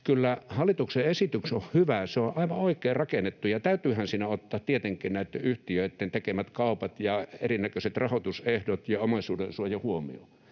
kyllä hallituksen esitys on hyvä. Se on aivan oikein rakennettu, ja täytyyhän siinä ottaa tietenkin näitten yhtiöitten tekemät kaupat ja erinäköiset rahoitusehdot ja omaisuudensuoja huomioon.